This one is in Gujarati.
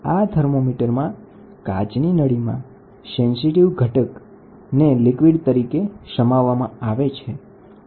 LIG થર્મોમીટરમાં પ્રવાહી રૂપમાં થર્મલી સેન્સેટીવ એલિમેન્ટને માપાંકિત ગ્લાસના આવરણમાં રાખવામાં આવે છે